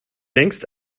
längst